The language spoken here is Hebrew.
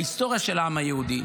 בהיסטוריה של העם היהודי.